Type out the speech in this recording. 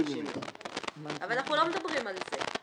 יש לו 90 יום אבל אנחנו לא מדברים על זה.